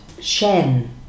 Shen